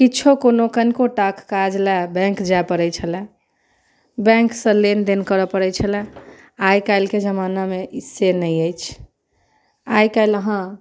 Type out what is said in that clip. किछो कोनो कनिकोटाक काज लए बैंक जाइ पड़ै छलै बैंकसँ लेनदेन करऽ पड़ै छलै आइ काल्हिके जमानामे ई से नहि अछि आइ काल्हि अहाँ